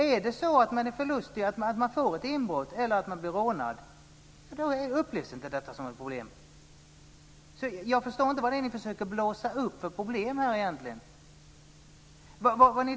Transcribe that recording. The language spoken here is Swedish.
Är det så att man är förlustig - man får ett inbrott eller blir rånad - upplevs det inte som ett problem. Jag förstår inte vad det är ni försöker blåsa upp för problem.